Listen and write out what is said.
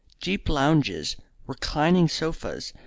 deep lounges, reclining sofas,